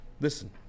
listen